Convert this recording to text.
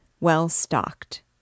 well-stocked